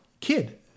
kid